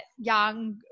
young